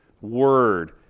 word